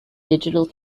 digital